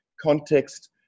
context